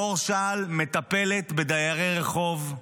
מור שעל מטפלת בדיירי רחוב,